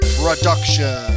production